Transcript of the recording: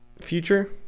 future